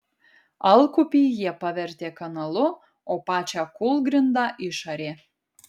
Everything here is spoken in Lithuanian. alkupį jie pavertė kanalu o pačią kūlgrindą išarė